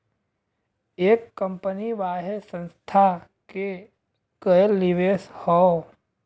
एक कंपनी वाहे संस्था के कएल निवेश हौ